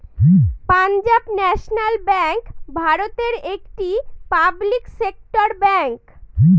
Punjab national bank ভারতের একটি public sector bank